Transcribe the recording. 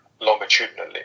longitudinally